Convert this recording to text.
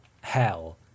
Hell